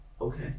okay